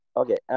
okay